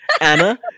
Anna